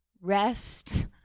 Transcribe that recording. rest